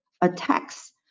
attacks